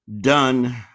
done